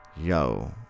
Yo